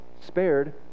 spared